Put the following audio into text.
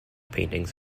paintings